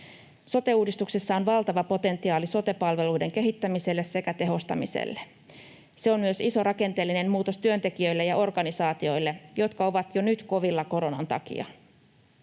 Sote-uudistuksessa on valtava potentiaali sote-palveluiden kehittämiselle sekä tehostamiselle. Se on myös iso rakenteellinen muutos työntekijöille ja organisaatioille, jotka ovat jo nyt kovilla koronan takia.